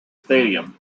stadium